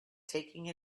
taking